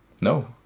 No